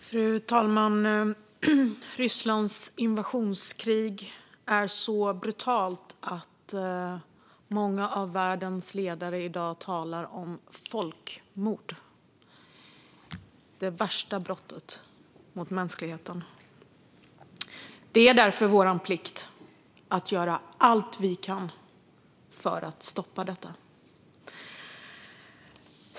Fru talman! Rysslands invasionskrig är så brutalt att många av världens ledare i dag talar om folkmord - det värsta brottet mot mänskligheten. Det är därför vår plikt att göra allt vi kan för att stoppa detta.